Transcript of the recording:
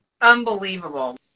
unbelievable